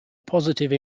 positive